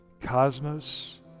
Cosmos